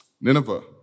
Nineveh